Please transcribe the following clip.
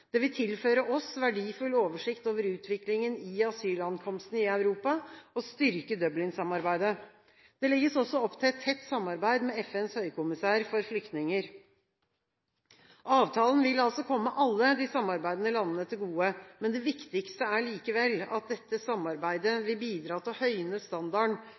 Det vil tilføre oss verdifull oversikt over utviklingen i asylankomstene i Europa og styrke Dublin-samarbeidet. Det legges også opp til et tett samarbeid med FNs høykommissær for flyktninger. Avtalen vil komme alle de samarbeidende landene til gode, men det viktigste er likevel at dette samarbeidet vil bidra til